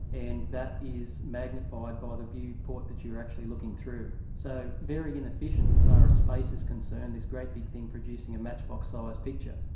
and that is magnified by the view port that you're actually looking through. so very inefficient so far as space is concerned, this great big thing producing a matchbox-size picture.